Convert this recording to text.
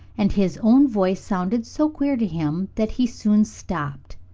and his own voice sounded so queer to him that he soon stopped.